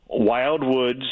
Wildwoods